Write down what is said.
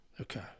Okay